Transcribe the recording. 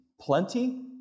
plenty